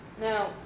Now